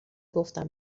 گفتم